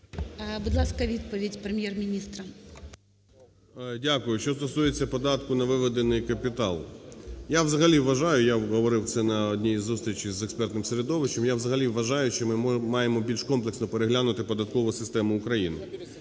Будь ласка, відповідь Прем'єр-міністра. 10:53:38 ГРОЙСМАН В.Б. Дякую. Що стосується податку на виведений капітал. Я взагалі вважаю, я говорив це на одній із зустрічей з експертним середовищем, я взагалі вважаю, що ми маємо більш комплексно переглянути податкову систему України.